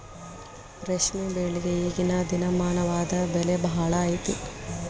ರೇಶ್ಮೆ ಬೆಳಿಗೆ ಈಗೇನ ದಿನಮಾನದಾಗ ಬೆಲೆ ಭಾಳ ಐತಿ